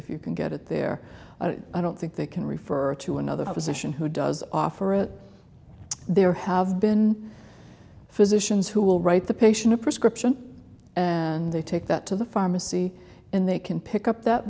if you can get it there i don't think they can refer to another physician who does offer it there have been physicians who will write the patient a prescription and they take that to the pharmacy and they can pick up that